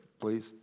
please